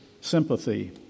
sympathy